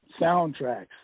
soundtracks